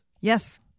Yes